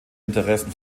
interessen